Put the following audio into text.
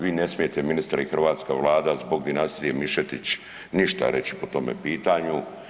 Vi ne smijete ministre i hrvatska Vlada zbog dinastije Mišetić ništa reći po tome pitanju.